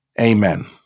Amen